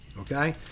okay